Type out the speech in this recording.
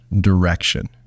direction